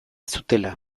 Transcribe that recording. zutela